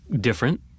different